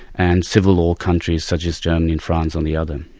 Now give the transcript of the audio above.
and civil law countries such as germany and france on the other.